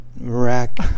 Iraq